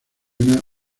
una